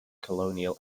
colonial